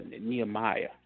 Nehemiah